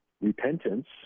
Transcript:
repentance